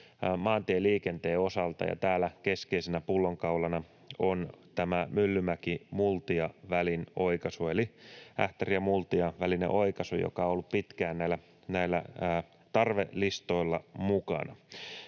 maantieliikenteen osalta, ja täällä keskeisenä pullonkaulana on tämä Myllymäki—Multia-välin oikaisu eli Ähtärin ja Multian välinen oikaisu, joka on ollut pitkään näillä tarvelistoilla mukana.